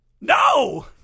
No